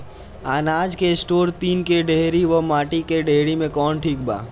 अनाज के store tin के डेहरी व माटी के डेहरी मे कवन ठीक बा?